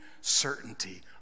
certainty